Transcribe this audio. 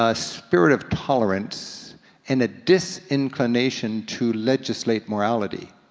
ah spirit of tolerance and a disinclination to legislate morality.